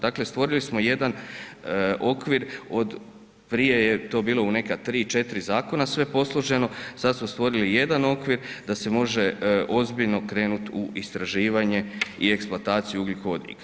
Dakle, stvorili smo jedan okvir od prije je to bilo u neka 3, 4 zakona sve posloženo, sada smo stvorili jedan okvir, da se može ozbiljno krenuti u istraživanje i eksplantaciju ugljikovodika.